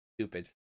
stupid